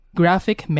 graphic